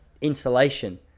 insulation